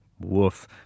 Woof